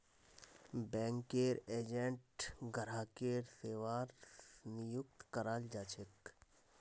banking agent ग्राहकेर सेवार नियुक्त कराल जा छेक